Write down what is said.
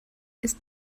ist